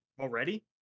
already